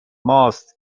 ماست